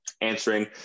answering